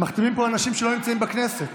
מחתימים פה אנשים שלא נמצאים בכנסת.